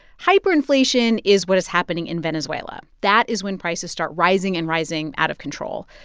hyperinflation is what is happening in venezuela. that is when prices start rising and rising out of control.